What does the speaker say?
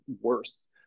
worse